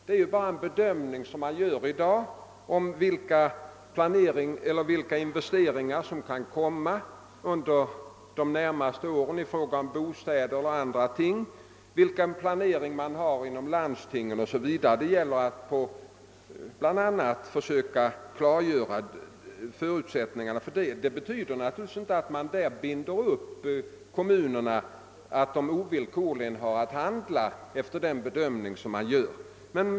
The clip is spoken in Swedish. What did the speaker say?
Det är också här bara en bedömning man gör om vilka investeringar för bostäder och andra ändamål som kan bli nödvändiga under de närmaste åren och av vilka förutsättningar man har att klara dessa investeringar. Det betyder naturligtvis inte att man binder kommunerna och att dessa ovillkorligen har att handla efter planerna.